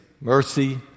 mercy